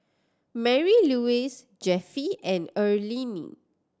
Marylouise Jeffie and Earlene